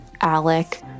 Alec